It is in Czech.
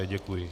Děkuji.